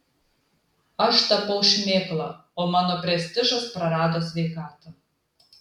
aš tapau šmėkla o mano prestižas prarado sveikatą